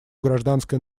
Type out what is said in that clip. гражданское